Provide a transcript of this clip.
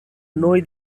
noi